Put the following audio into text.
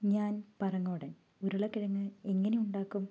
ഞാൻ പറങ്ങോടൻ ഉരുളക്കിഴങ്ങ് എങ്ങനെ ഉണ്ടാക്കും